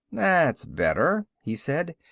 that's better, he said,